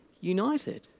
united